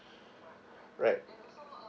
right